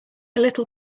little